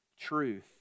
Truth